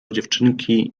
dziewczynki